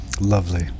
Lovely